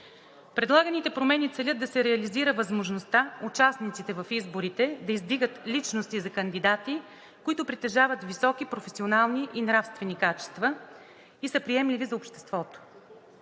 Предлаганите промени целят да се реализира възможността участниците в изборите да издигат личности за кандидати, които притежават високи професионални и нравствени качества и са приемливи за обществото.